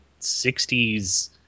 60s